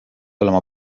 olema